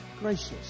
gracious